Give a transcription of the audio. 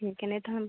ठीक है नहीं तो हम